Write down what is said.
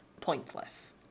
pointless